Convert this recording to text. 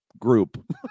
group